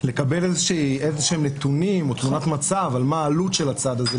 לקבל נתונים או תמונת מצב על העלות של הצעד הזה,